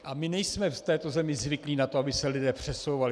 A my nejsme v této zemi zvyklí na to, aby se lidé přesouvali.